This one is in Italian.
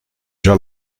già